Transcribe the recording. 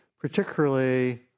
particularly